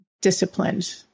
disciplined